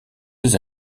des